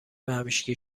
همیشگی